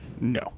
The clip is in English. No